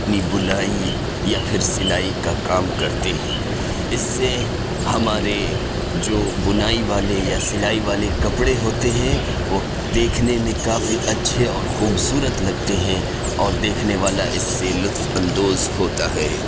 اپنی بنائی اور یا پھر سلائی کا کام کرتے ہیں اس سے ہمارے جو بنائی والے یا سلائی والے کپڑے ہوتے ہیں وہ دیکھنے میں کافی اچھے اور خوبصورت لگتے ہیں اور دیکھنے والا اس سے لطف اندوز ہوتا ہے